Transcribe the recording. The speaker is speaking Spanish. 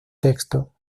texto